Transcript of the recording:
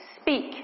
speak